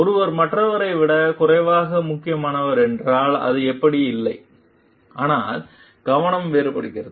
ஒருவர் மற்றவரை விட குறைவாக முக்கியமானவர் என்றால் அது அப்படி இல்லை ஆனால் கவனம் வேறுபட்டது